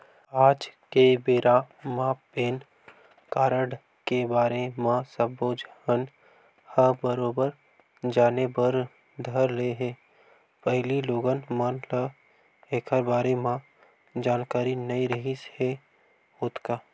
आज के बेरा म पेन कारड के बारे म सब्बो झन ह बरोबर जाने बर धर ले हे पहिली लोगन मन ल ऐखर बारे म जानकारी नइ रिहिस हे ओतका